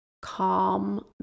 calm